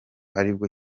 aribwo